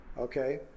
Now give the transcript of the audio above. Okay